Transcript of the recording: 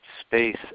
space